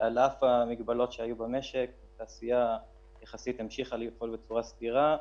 על אף המגבלות שהיו בשטח התעשייה יחסית המשיכה לפעול בצורה סבירה.